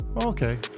Okay